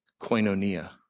Koinonia